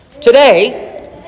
Today